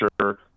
sure